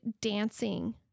dancing